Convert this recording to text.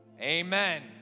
amen